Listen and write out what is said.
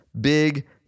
Big